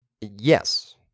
Yes